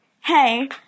Hey